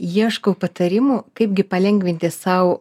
ieškau patarimų kaipgi palengvinti sau